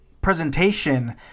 presentation